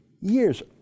years